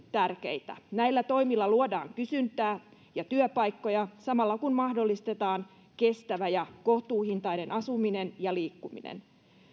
tärkeitä näillä toimilla luodaan kysyntää ja työpaikkoja samalla kun mahdollistetaan kestävä ja kohtuuhintainen asuminen ja liikkuminen